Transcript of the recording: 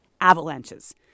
avalanches